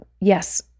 yes